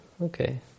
okay